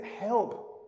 help